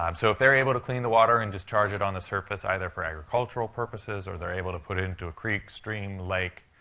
um so if they're able to clean the water and discharge it on the surface, either for agricultural purposes, or they're able to put it into a creek, stream, lake,